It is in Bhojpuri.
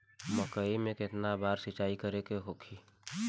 मकई में केतना बार सिंचाई करे के होई?